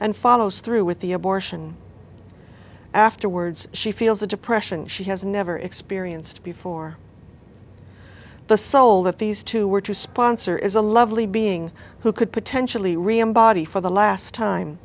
and follows through with the abortion afterwards she feels the depression she has never experienced before the soul that these two were to sponsor is a lovely being who could potentially reem body for the last time